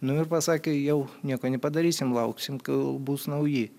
nu ir pasakė jau nieko nepadarysim lauksim kol bus nauji